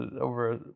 over